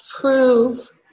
prove